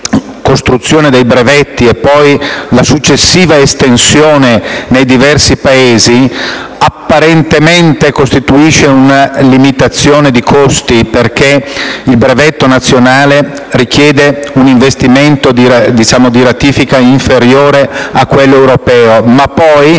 costruzione dei brevetti e poi la successiva estensione nei diversi Paesi apparentemente costituisce una limitazione di costi: il brevetto nazionale, infatti, richiede un investimento di ratifica inferiore a quello europeo ma poi,